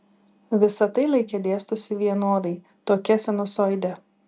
visa tai laike dėstosi vienodai tokia sinusoide